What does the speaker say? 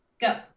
Go